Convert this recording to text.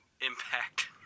Impact